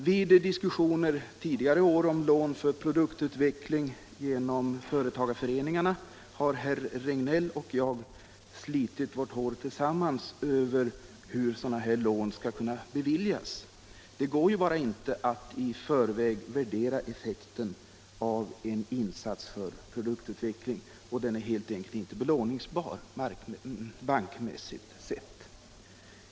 Vid diskussioner tidigare år om lån för produktutveckling genom företagareföreningarna har herr Regnéll och jag slitit vårt hår tillsammans över problemen hur sådana här lån skall kunna beviljas. Det går bara inte att i förväg värdera effekten av en insats för produktutveckling. Den är helt enkelt inte belåningsbar, bankmässigt sett.